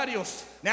Now